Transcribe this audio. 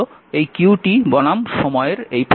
সুতরাং এটি হল এই q বনাম সময়ের এই প্লট